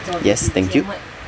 yes thank you